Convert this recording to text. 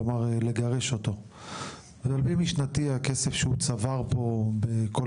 כלומר לגרש אותו ועל פי משנתי הכסף שהוא צבר פה בכל